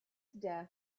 death